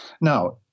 Now